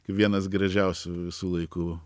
vienas gražiausių visų laikų